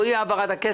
לא רק במגזר הערבי,